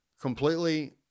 completely